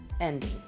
ending